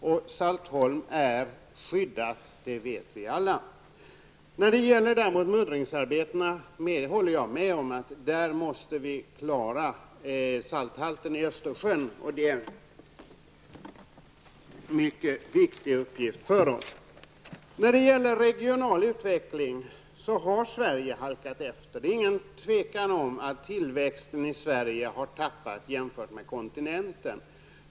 Att Saltholm är skyddad vet vi alla. När det däremot gäller muddringsarbeten håller jag med om att vi måste klara salthalten i Östersjön. Det är en mycket viktig uppgift för oss. Vad gäller regional utveckling har Sverige halkat efter. Det är inget tvivel om att tillväxten i Sverige är lägre än på kontinenten.